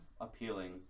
appealing